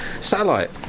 satellite